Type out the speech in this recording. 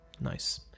nice